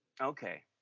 okay